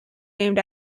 named